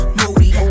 moody